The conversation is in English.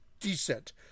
decent